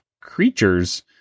creatures